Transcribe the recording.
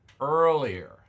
earlier